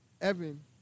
Evan